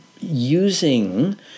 using